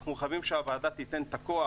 אנחנו חייבים שהוועדה תיתן את הכוח